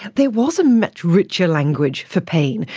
there was a much richer language for pain.